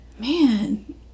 man